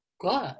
good